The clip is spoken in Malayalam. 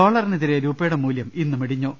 ഡോളറിനെതിരെ രൂപയുടെ മൂല്യം ഇന്നും ഇടിഞ്ഞു